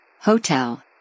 Hotel